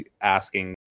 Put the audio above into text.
asking